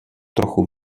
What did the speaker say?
trochu